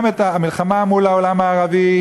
המלחמה מול העולם הערבי,